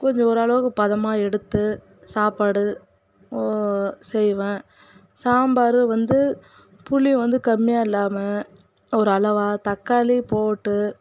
கொஞ்சம் ஓரளவுக்குப் பதமாக எடுத்து சாப்பாடு ஓ செய்வேன் சாம்பார் வந்து புளி வந்து கம்மியாக இல்லாமல் ஓரளவாக தக்காளி போட்டு